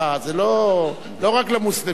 זה לא רק למוסלמים.